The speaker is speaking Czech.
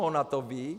Ona to ví?